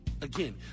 Again